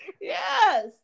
Yes